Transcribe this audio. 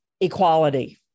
equality